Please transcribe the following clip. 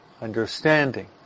understanding